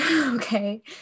Okay